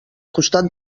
costat